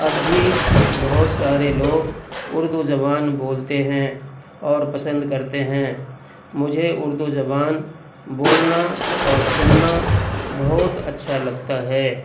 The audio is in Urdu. اب بھی بہت سارے لوگ اردو زبان بولتے ہیں اور پسند کرتے ہیں مجھے اردو زبان بولنا اور سننا بہت اچھا لگتا ہے